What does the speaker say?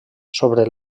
sobre